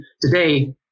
today